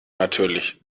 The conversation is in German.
natürlich